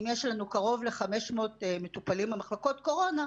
אם יש לנו קרוב ל-500 מטופלים במחלקות קורונה,